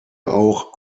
auch